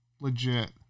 legit